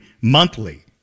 monthly